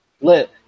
Lit